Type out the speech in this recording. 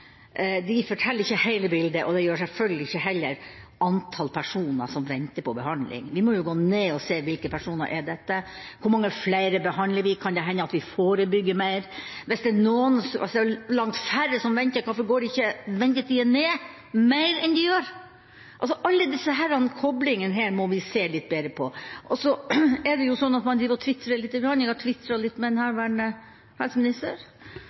de forteller ikke hele bildet, og det gjør de selvfølgelig heller ikke når det gjelder antall personer som venter på behandling. Vi må gå inn og se på hvilke personer dette er, hvor mange flere behandler vi, og kan det hende at vi forebygger mer? Hvis det er langt færre som venter, hvorfor går ikke ventetidene ned mer enn de gjør? Alle disse koblingene må vi se litt mer på. Så er det sånn at man driver og twitrer lite grann, og jeg har twitret litt med herværende helseminister.